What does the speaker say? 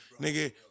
nigga